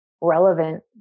relevant